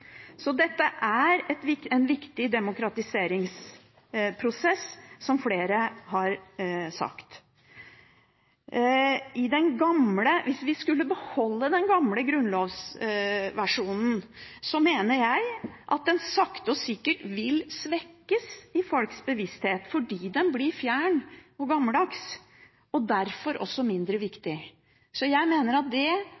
Så dette er en viktig demokratiseringsprosess, som flere har sagt. Hvis vi skulle beholdt den gamle grunnlovsversjonen, mener jeg at den sakte og sikkert ville svekkes i folks bevissthet, fordi den blir fjern og gammeldags og derfor også mindre